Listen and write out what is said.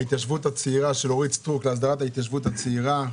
חברת הכנסת אורית סטרוק להסדרת ההתיישבות הצעירה,